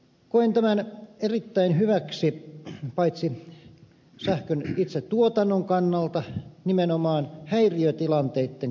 koen tämän erittäin hyväksi paitsi itse sähkön tuotannon kannalta nimenomaan häiriötilanteitten kannalta